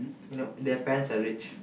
you know they're parents are rich